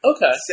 Okay